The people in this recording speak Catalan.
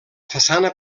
façana